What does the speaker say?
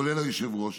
כולל היושב-ראש,